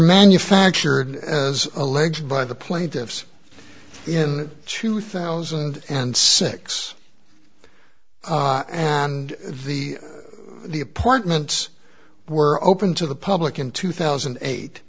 manufactured as alleged by the plaintiffs in two thousand and six and the the appointments were open to the public in two thousand and eight